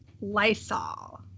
Lysol